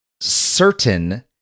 certain